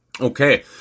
Okay